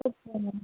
okay ma'am